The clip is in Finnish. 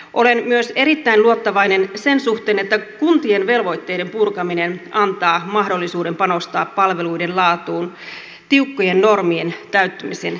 olen myös erittäin luottavainen sen suhteen että kuntien velvoitteiden purkaminen antaa mahdollisuuden panostaa palveluiden laatuun tiukkojen normien täyttymisen sijaan